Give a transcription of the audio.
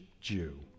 Jew